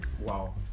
Wow